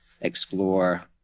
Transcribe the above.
explore